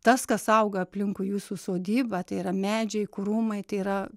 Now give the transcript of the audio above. tas kas auga aplinkui jūsų sodybą tai yra medžiai krūmai tai yra